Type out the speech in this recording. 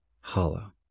hollow